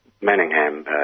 manningham